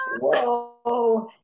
whoa